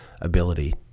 ability